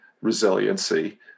resiliency